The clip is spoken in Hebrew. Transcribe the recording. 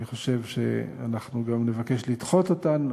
אני חושב שאנחנו גם נבקש לדחות אותן,